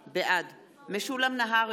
בעד יעקב מרגי, בעד משולם נהרי,